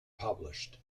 published